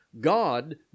God